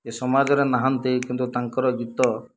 ଏ ସମାଜରେ ନାହାନ୍ତି କିନ୍ତୁ ତାଙ୍କର ଗୀତ